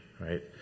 right